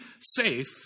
safe